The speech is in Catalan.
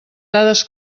dades